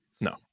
No